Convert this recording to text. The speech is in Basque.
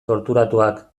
torturatuak